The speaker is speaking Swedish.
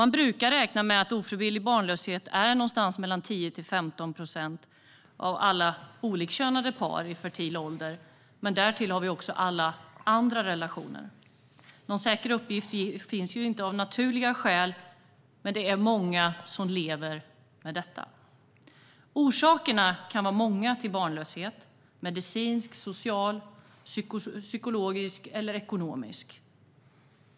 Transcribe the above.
Man brukar räkna med att ofrivillig barnlöshet drabbar någonstans mellan 10 och 15 procent av alla olikkönade par i fertil ålder. Därtill har vi alla andra relationer. Någon säker uppgift finns av naturliga skäl inte, men det är många som lever med detta. Orsakerna till barnlöshet kan vara många: medicinska, sociala, psykologiska och ekonomiska.